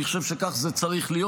אני חושב שכך זה צריך להיות.